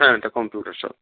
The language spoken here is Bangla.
হ্যাঁ এটা কম্পিউটার শপ